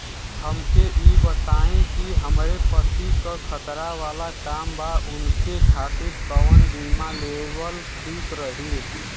हमके ई बताईं कि हमरे पति क खतरा वाला काम बा ऊनके खातिर कवन बीमा लेवल ठीक रही?